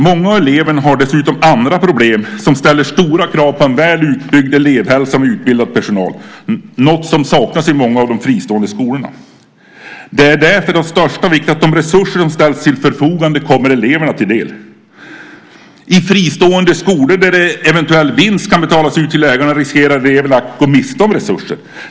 Många av eleverna har dessutom andra problem som ställer stora krav på en väl utbyggd elevhälsa och utbildad personal, något som saknas i många av de fristående skolorna. Det är därför av största vikt att de resurser som ställs till förfogande kommer eleverna till del. I fristående skolor där eventuell vinst kan betalas ut till ägarna riskerar eleverna att gå miste om resurser.